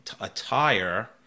attire